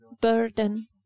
burden